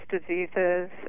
diseases